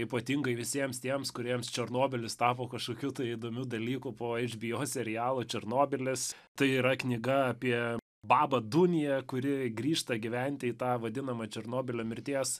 ypatingai visiems tiems kuriems černobylis tapo kažkokiu įdomiu dalyku po eičbiou serialo černobylis tai yra knyga apie babą duniją kuri grįžta gyventi į tą vadinamą černobylio mirties